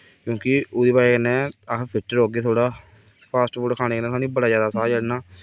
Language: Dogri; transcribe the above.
क्योंकि ओह्दी बजह् कन्नै अस फिट रौह्गे थोह्ड़ा फॉस्ट फूड खाने कन्नै सानूं बड़ा जादा साह् चढ़ना